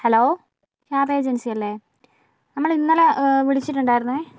hello cab ഏജൻസിയല്ലേ നമ്മൾ ഇന്നലെ വിളിച്ചിട്ടുണ്ടായിരുന്നെ